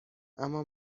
اما